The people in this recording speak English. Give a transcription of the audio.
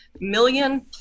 million